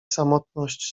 samotność